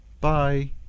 Bye